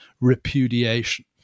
repudiation